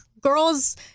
girls